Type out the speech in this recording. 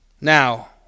Now